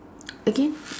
again